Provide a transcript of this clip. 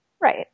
Right